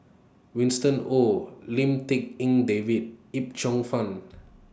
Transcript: Winston Oh Lim Tik En David Yip Cheong Fun